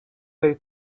they